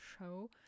show